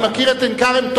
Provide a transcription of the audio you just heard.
אני מכיר את עין-כרם,